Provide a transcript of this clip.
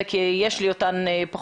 למרות שפחות או יותר יש לי אותן בראש.